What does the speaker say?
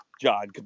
John